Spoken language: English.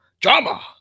Drama